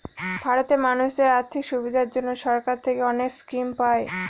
ভারতে মানুষদের আর্থিক সুবিধার জন্য সরকার থেকে অনেক স্কিম পায়